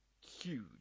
Huge